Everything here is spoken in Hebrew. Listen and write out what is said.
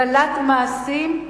דלת מעשים,